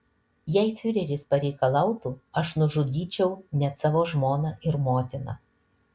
jei fiureris pareikalautų aš nužudyčiau net savo žmoną ir motiną